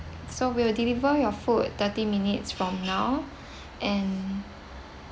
so we will deliver your food thirty minutes from now and